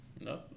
No